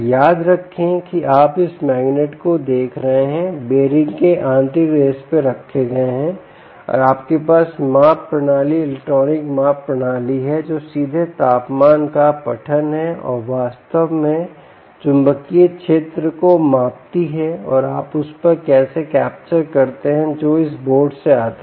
याद रखें कि आप इस मैग्नेट को देख रहे हैं बेयरिंग के आंतरिक रेस पर रखे गए है और आपके पास माप प्रणाली इलेक्ट्रॉनिक माप प्रणाली है जो सीधे तापमान का पठन है और वास्तव में चुंबकीय क्षेत्र को मापती है और आप उस पर कैसे कैप्चर करते हैं जो इस बोर्ड से आता है